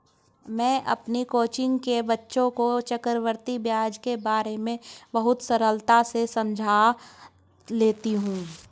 मैं अपनी कोचिंग के बच्चों को चक्रवृद्धि ब्याज के बारे में बहुत सरलता से समझा लेती हूं